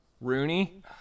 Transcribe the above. Rooney